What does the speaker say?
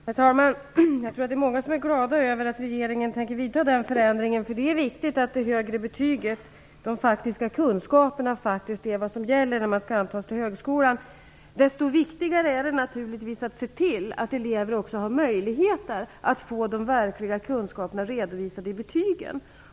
Herr talman! Jag tror att det är många som är glada över att regeringen tänker genomföra den förändringen. Det är viktigt att det högre betyget och de faktiska kunskaperna är det som gäller när man skall antas till högskolan. Desto viktigare är det naturligtvis att se till att elever också har möjlighet att få de verkliga kunskaperna redovisade i betygen.